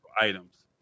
items